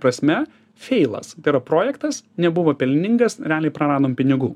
prasme feilas tėra projektas nebuvo pelningas realiai praradom pinigų